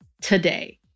today